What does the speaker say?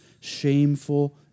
shameful